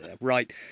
right